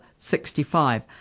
65